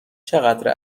چقدر